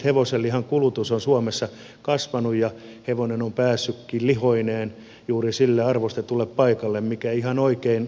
hevosenlihan kulutus on suomessa kasvanut ja hevonen on päässytkin lihoineen juuri sille arvostetulle paikalle mikä ihan oikein on